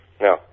No